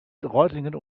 reutlingen